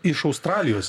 iš australijos